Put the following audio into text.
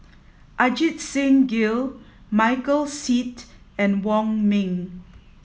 Ajit Singh Gill Michael Seet and Wong Ming